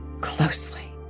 closely